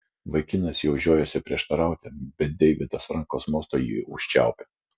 vaikinas jau žiojosi prieštarauti bet deividas rankos mostu jį užčiaupė